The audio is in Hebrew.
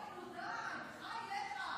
אוי נו, די, בחייך.